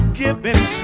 giving